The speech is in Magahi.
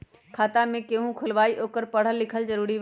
खाता जे केहु खुलवाई ओकरा परल लिखल जरूरी वा?